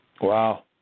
Wow